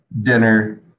dinner